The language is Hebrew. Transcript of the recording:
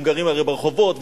הם גרים הרי ברחובות,